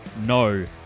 No